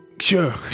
Sure